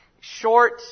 Short